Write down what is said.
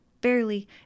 barely